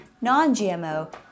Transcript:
non-GMO